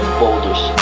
boulders